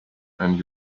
and